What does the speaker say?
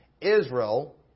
Israel